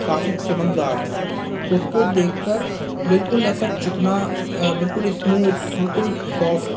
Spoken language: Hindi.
काफ़ी चमकदार था उसको देखकर बिल्कुल ऐसा चिकना बिलकुल स्मूद बिल्कुल सॉफ्ट